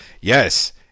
yes